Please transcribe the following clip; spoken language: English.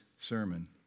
sermon